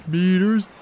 meters